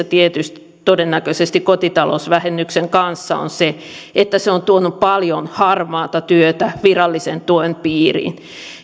tietysti todennäköisesti kotitalousvähennyksen kanssa on se että se on tuonut paljon harmaata työtä virallisen tuen piiriin